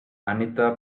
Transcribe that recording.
anita